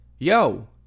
Yo